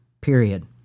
period